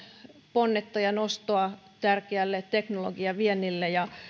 pontta ja nostoa tärkeälle teknologiaviennille ja